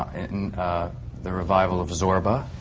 in the revival of zorba